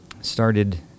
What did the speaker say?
started